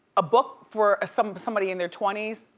a book for somebody somebody in their twenty s,